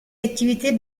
activités